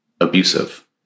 abusive